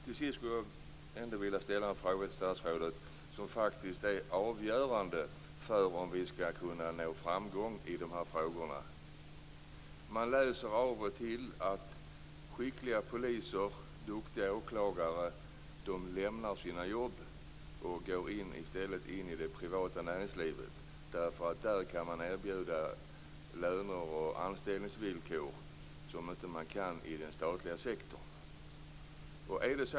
Till sist skulle jag ändå vilja ställa en fråga till statsrådet som faktiskt är avgörande för om vi skall kunna nå framgång i de här frågorna. Man läser av och till att skickliga poliser och duktiga åklagare lämnar sina jobb och i stället går in i det privata näringslivet. Där kan man erbjuda löner och anställningsvillkor som inte är möjliga i den statliga sektorn.